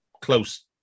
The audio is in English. close